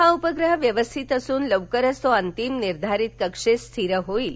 हा उपग्रह व्यवस्थित असून लवकरच तो अंतिम निर्धारित कक्षेत स्थिर होईल